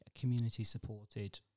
community-supported